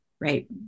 right